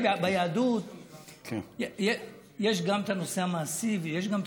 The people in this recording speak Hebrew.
ביהדות יש גם את הנושא המעשי ויש גם את